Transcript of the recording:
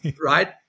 right